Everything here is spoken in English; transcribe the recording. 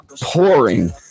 pouring